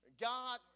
God